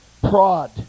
prod